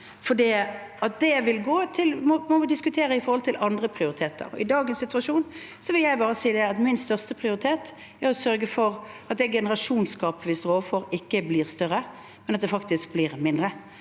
for det må vi diskutere i forhold til andre prioriteter. I dagens situasjon vil jeg bare si at min største prioritet er å sørge for at det generasjonsgapet vi står overfor, ikke blir større, men at det faktisk blir mindre